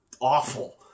awful